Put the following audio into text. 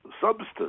substance